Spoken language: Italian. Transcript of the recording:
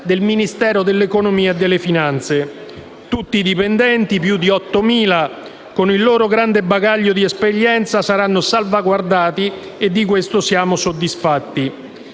del Ministero dell'economia e delle finanze. Tutti i dipendenti - più di ottomila - con il loro grande bagaglio di esperienza saranno salvaguardati e di questo siamo soddisfatti.